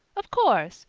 of course.